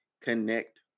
connect